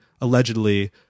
allegedly